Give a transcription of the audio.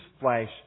flash